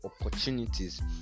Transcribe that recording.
opportunities